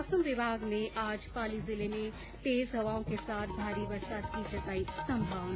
मौसम विभाग ने आज पाली जिले में तेज हवाओं के साथ भारी बरसात की जताई संभावना